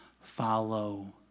Follow